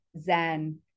zen